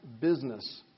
business